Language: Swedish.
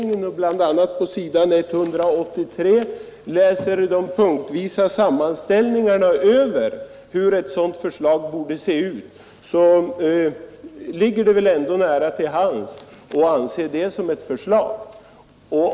Men tar man på s. 183 i utredningen del av de punktvis gjorda sammanställningarna över hur ett sådant förslag borde se ut, ligger det väl ändå nära till hands att anse dessa utgöra ett förslag.